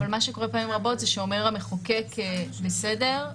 מה שקורה פעמים רבות שאומר המחוקק: בסדר,